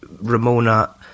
Ramona